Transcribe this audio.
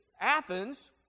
Athens